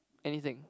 anything